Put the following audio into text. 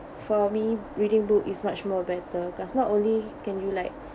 for me reading book is much more better cause not only can you like